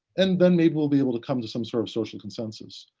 and then, maybe we'll be able to come to some sort of social consensus.